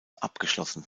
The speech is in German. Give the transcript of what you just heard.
abgeschlossen